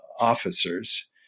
officers